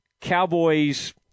Cowboys